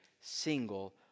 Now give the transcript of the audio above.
single